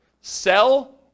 sell